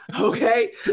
Okay